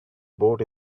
boat